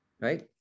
Right